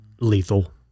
lethal